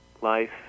life